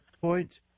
point